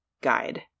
guide